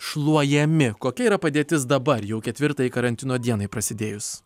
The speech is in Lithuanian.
šluojami kokia yra padėtis dabar jau ketvirtai karantino dienai prasidėjus